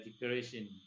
declaration